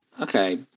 Okay